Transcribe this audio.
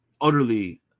utterly